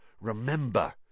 Remember